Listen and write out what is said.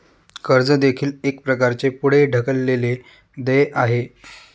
कर्ज देखील एक प्रकारचे पुढे ढकललेले देय आहे